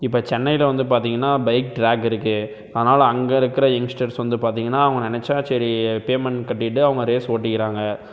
இப்போ சென்னையில் வந்து பார்த்தீங்கன்னா பைக் ட்ராக் இருக்குது ஆனாலும் அங்கே இருக்கிற எங்ஸ்டர்ஸ் வந்து பார்த்தீங்கன்னா அவங்க நினைச்சா சரி பேமெண்ட் கட்டிவிட்டு அவங்க ரேஸ் ஓட்டிக்கிறாங்க